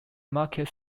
market